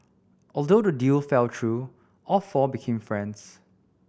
although the deal fell through all four become friends